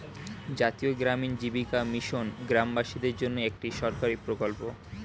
জাতীয় গ্রামীণ জীবিকা মিশন গ্রামবাসীদের জন্যে একটি সরকারি প্রকল্প